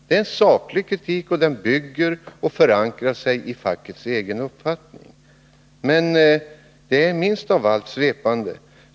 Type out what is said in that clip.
Det är en saklig kritik, den är förankrad i fackets egen uppfattning, och den är minst av allt svepande.